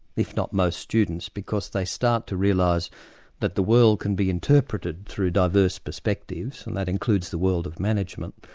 if not most students, because they start to realise that the world can be interpreted through diverse perspectives, and that includes the world of management.